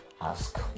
ask